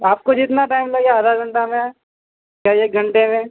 آپ کو جتنا ٹائم لگے آدھا گھنٹہ میں یا ایک گھنٹے میں